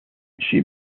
she